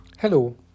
Hello